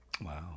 Wow